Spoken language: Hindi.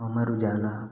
अमर उजाला